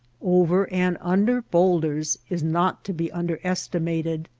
over, and under bowlders is not to be under estimated.